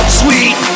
sweet